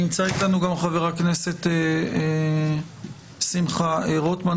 נמצא איתנו גם חבר הכנסת שמחה רוטמן.